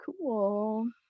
Cool